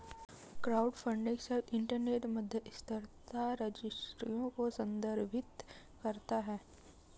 crowdfunding शब्द internet मध्यस्थता रजिस्ट्रियों को संदर्भित करता है